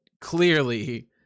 clearly